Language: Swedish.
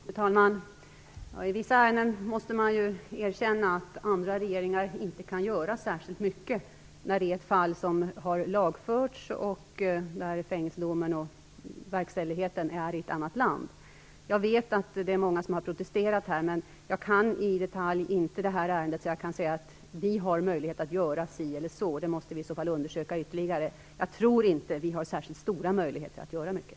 Fru talman! I vissa ärenden måste man erkänna att andra regeringar inte kan göra särskilt mycket, t.ex. när det gäller ett fall som har lagförts och där fängelsedomen verkställs i ett annat land. Jag vet att många har protesterat. Jag kan inte ärendet i detalj och kan därför inte säga att vi har möjlighet att göra si eller så. Det måste vi i så fall undersöka ytterligare. Jag tror inte att vi har särskilt stora möjligheter att göra mycket.